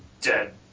dead